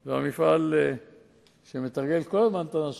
עוקף-חיפה ועוקף-כביש הצ'ק-פוסט על מנת שהתנועה